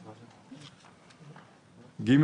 "(ג)